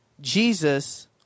Jesus